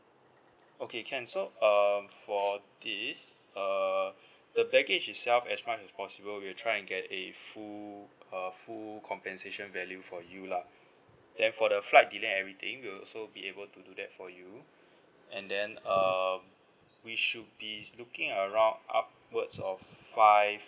okay can so uh for this uh the baggage itself as much as possible we'll try and get a full a full compensation value for you lah then for the flight delay and everything we'll also be able to do that for you and then um we should be looking around upwards of five